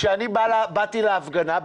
כשאני באתי להפגנה,